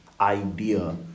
idea